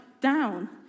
down